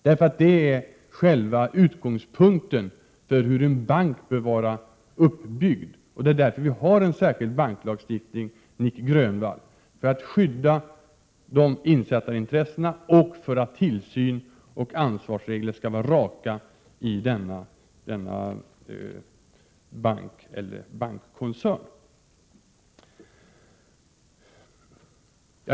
Det är nämligen själva utgångspunkten för hur en bank bör vara uppbyggd. Det är därför vi har en särskild banklagstiftning, Nic Grönvall — för att skydda insättarintressena och för att tillsynsoch ansvarsregler skall vara raka i denna bankkoncern.